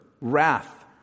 wrath